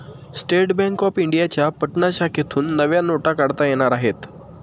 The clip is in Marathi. स्टेट बँक ऑफ इंडियाच्या पटना शाखेतून नव्या नोटा काढता येणार आहेत